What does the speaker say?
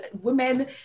women